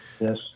Yes